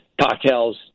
cocktails